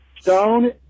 Stone